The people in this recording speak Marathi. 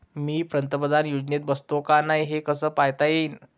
मी पंतप्रधान योजनेत बसतो का नाय, हे कस पायता येईन?